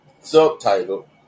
subtitle